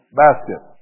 basket